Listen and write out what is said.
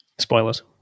Spoilers